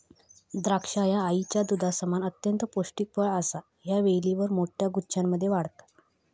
द्राक्षा ह्या आईच्या दुधासमान अत्यंत पौष्टिक फळ असा ह्या वेलीवर मोठ्या गुच्छांमध्ये वाढता